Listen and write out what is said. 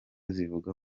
zivuga